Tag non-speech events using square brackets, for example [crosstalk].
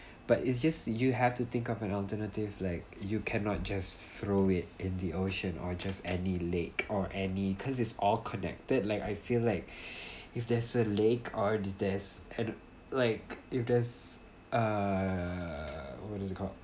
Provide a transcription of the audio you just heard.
but it's just you have to think out an alternative like you cannot just throw it in the ocean or just any lake or any cause it's all connected like I feel like [breath] if there's a lake or this kind of like if there's err what does it called